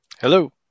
Hello